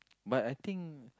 but I think